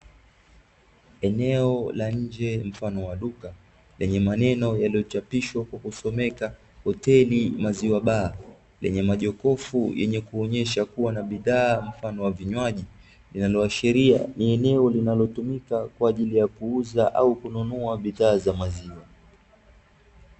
Eneo la nje mfano wa duka lenye maneno yaliyochapishwa kwa kusomeka hoteli maziwa baa lenye majokofu yenye kuonyesha kuwa na bidhaa mfano wa vinywaji. Linaloashiria ni eneo linalotumika kwa ajili ya kuuza au kununua bidhaa za maziwa.